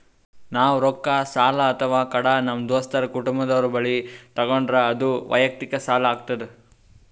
ನಾವ್ ರೊಕ್ಕ ಸಾಲ ಅಥವಾ ಕಡ ನಮ್ ದೋಸ್ತರು ಕುಟುಂಬದವ್ರು ಬಲ್ಲಿ ತಗೊಂಡ್ರ ಅದು ವಯಕ್ತಿಕ್ ಸಾಲ ಆತದ್